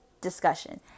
discussion